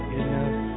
enough